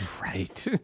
Right